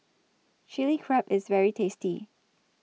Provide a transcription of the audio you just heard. Chilli Crab IS very tasty